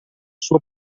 suo